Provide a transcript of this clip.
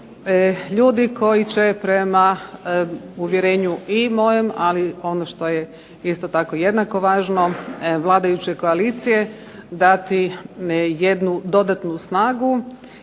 ljudi koji će prema uvjerenju i mojem ali ono što je isto tako jednako vlažno, vladajuće koalicije dati jednu dodatnu snagu